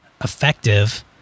effective